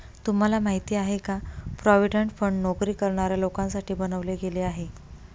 तुम्हाला माहिती आहे का? प्रॉव्हिडंट फंड नोकरी करणाऱ्या लोकांसाठी बनवले गेले आहे